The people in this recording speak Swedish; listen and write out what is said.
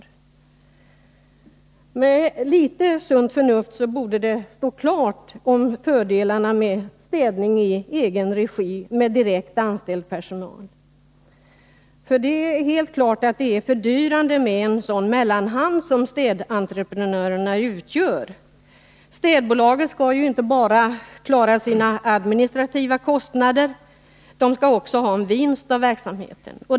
Om man har litet sunt förnuft borde man inse att det är fördelaktigt med städning i egen regi, med direkt anställd personal, för det är helt klart att det är fördyrande med sådana mellanhänder som städentreprenörerna utgör. Städbolagen skall ju inte bara klara sina administrativa kostnader, de skall också ha en vinst av verksamheten.